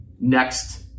Next